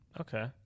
Okay